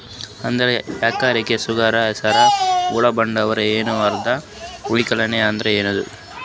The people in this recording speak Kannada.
ಅರ್ಧ ಎಕರಿ ಶೇಂಗಾಕ ಹಸರ ಹುಳ ಬಡದಾವ, ಇನ್ನಾ ಅರ್ಧ ಛೊಲೋನೆ ಅದ, ಏನದು?